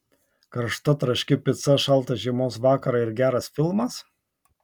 karšta traški pica šaltą žiemos vakarą ir geras filmas